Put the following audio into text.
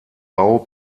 bau